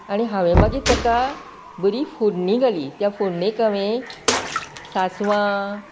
आणी हांवें मागीर ताका बरी फोण्णाी घाली त्या फोण्णेक हांवें सासवां